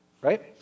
right